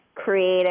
Creative